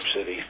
City